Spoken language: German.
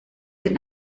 denn